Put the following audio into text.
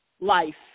life